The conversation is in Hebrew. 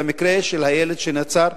במקרה של הילד שנעצר,